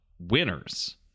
Winners